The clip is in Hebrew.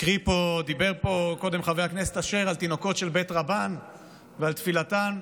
דיבר פה קודם חבר הכנסת אשר על תינוקות של בית רבן ועל תפילתם,